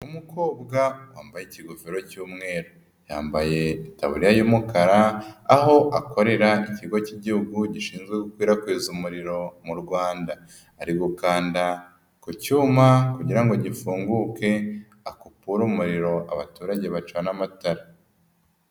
Umukobwa wambaye ikigofero cy'umweru. Yambaye itaburiya y'umukara, aho akorera ikigo k'Igihugu gishinzwe gukwirakwiza umuriro mu Rwanda. Ari gukanda ku cyuma kugira ngo gifunguke akupore umuriro, abaturage bacane amatara.